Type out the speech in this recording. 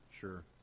sure